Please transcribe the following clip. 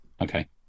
Okay